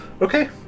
Okay